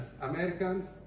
American